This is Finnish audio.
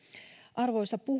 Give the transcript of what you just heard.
arvoisa